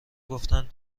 گفتن